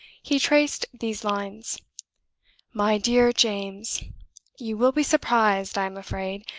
he traced these lines my dear james you will be surprised, i am afraid,